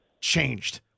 changed